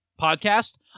podcast